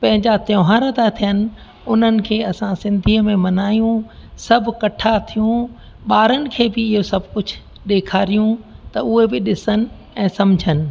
पंहिंजा त्योहार था थियनि उन्हनि खे असां सिंधीअ में मल्हायूं सभु कठा थियऊं ॿारनि खे बि इहो सभु कुझु ॾेखारियूं त उहे बि ॾिसनि ऐं समुझनि